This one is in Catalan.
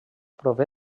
prové